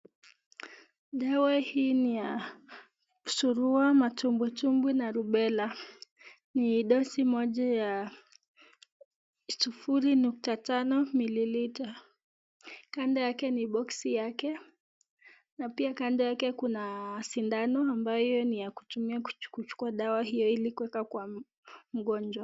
Dara hii ni ya surua , matumbitumbi na subela. Ni dosi ya sufuri nukta tano mililita. Kando yake ni boksi yake na pia Kuna shindano ambayo ni ya kutumia hili kuchukua dawa hiyo kuweka kwa mgonjwa.